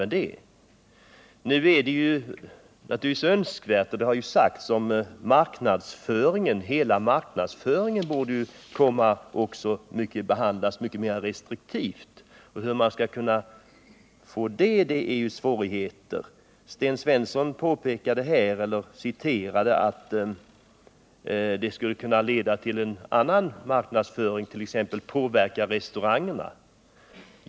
Men det är naturligtvis önskvärt att hela marknadsföringen behandlas mycket mer restriktivt. Det är svårt att åstadkomma det. Sten Svensson påpekade att reklamförbudet skulle kunna leda till en annan marknadsföring, t.ex. påverkan av restaurangerna.